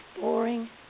boring